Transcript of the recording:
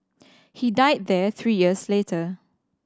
he died there three years later